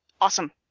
Awesome